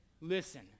Listen